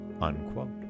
unquote